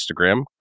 Instagram